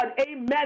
Amen